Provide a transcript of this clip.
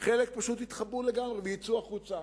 וחלק פשוט יתחבאו לגמרי ויצאו החוצה.